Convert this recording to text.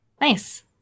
Nice